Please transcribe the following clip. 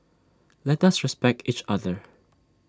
let us respect each other